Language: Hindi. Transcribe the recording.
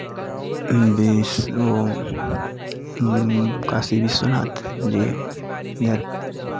विश्व वो काशी विश्वनाथ जी इधर